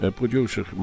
producer